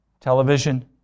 Television